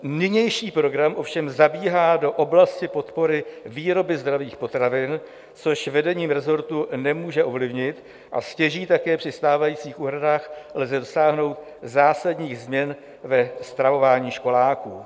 Nynější program ovšem zabíhá do oblasti podpory výroby zdravých potravin, což vedení resortu nemůže ovlivnit, a stěží také při stávajících úhradách lze dosáhnout zásadních změn ve stravování školáků.